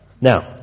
Now